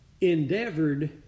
endeavored